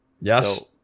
Yes